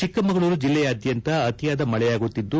ಚಿಕ್ಕಮಗಳೂರು ಜಿಲ್ಲೆಯಾದ್ಯಂತ ಅತಿಯಾದ ಮಳೆಯಾಗುತ್ತಿದ್ದು